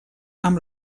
amb